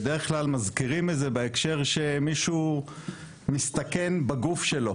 בדרך כלל מזכירים את זה בהקשר שמישהו מסתכן בגוף שלו.